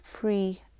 free